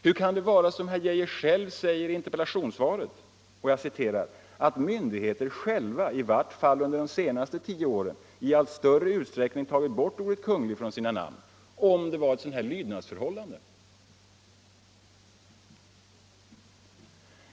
Hur kan det vara så som herr Geijer säger i interpellationssvaret ”att myndigheterna själva, i vart fall under de senaste tio åren, i allt större utsträckning har tagit bort ordet kunglig från sina namn” om det varit ett sådant här lydnadsförhållande?